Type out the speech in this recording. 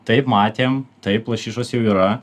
taip matėm taip lašišos jau yra